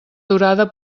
durada